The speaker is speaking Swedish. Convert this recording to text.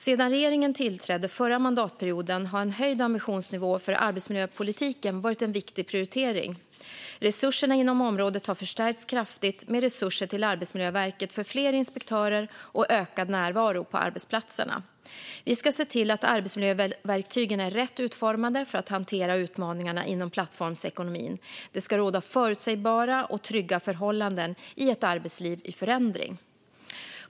Sedan regeringen tillträdde förra mandatperioden har en höjd ambitionsnivå för arbetsmiljöpolitiken varit en viktig prioritering. Resurserna inom området har förstärkts kraftigt, med resurser till Arbetsmiljöverket för fler inspektörer och ökad närvaro på arbetsplatserna. Vi ska se till att arbetsmiljöverktygen är rätt utformade för att hantera utmaningarna inom plattformsekonomin. Det ska råda förutsägbara och trygga förhållanden i ett arbetsliv i förändring.